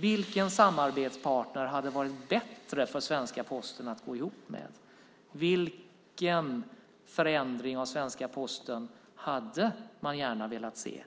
Vilken samarbetspartner hade varit bättre för svenska Posten att gå ihop med? Vilken förändring av svenska Posten hade man gärna velat se?